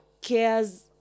cares